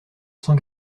cent